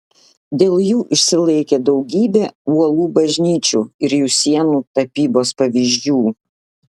dėl jų išsilaikė daugybė uolų bažnyčių ir jų sienų tapybos pavyzdžių